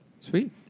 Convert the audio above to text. Sweet